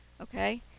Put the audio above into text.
okay